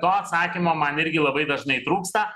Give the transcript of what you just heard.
to atsakymo man irgi labai dažnai trūksta